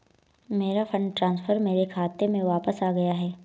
मेरा fund transfer मेरे खाते में वापस आ गया है